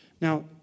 Now